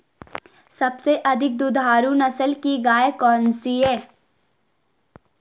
सबसे अधिक दुधारू नस्ल की गाय कौन सी है?